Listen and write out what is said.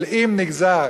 אבל אם נגזר